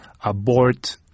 abort